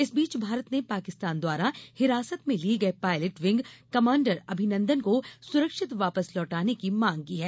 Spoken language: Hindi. इस बीच भारत ने पाकिस्तान द्वारा हिरासत में लिये गये पायलट विंग कमांडर अभिनंदन को सुरक्षित वापस लौटाने की मांग की है